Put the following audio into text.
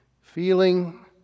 feeling